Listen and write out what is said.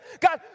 God